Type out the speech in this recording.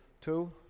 two